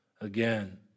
again